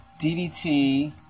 DDT